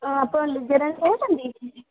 ହଁ ଆପଣ ଲିଜା ରାଣୀ କହୁଛନ୍ତି